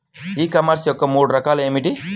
ఈ కామర్స్ యొక్క మూడు రకాలు ఏమిటి?